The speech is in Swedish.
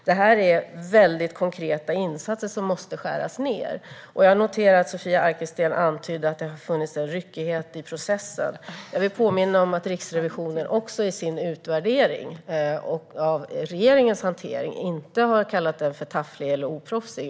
Det här är väldigt konkreta insatser som måste skäras ned. Jag noterar att Sofia Arkelsten antydde att det har funnits en ryckighet i processen. Jag vill påminna om att Riksrevisionen i sin utvärdering av regeringens hantering inte har kallat den tafflig eller oproffsig.